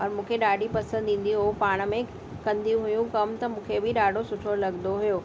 मूंखे ॾाढी पसंदि ईंदी हुई हो पाण में कंदियूं हुयूं कमु त मूंखे बि ॾाढो सुठो लॻंदो हुयो